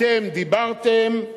אתם דיברתם,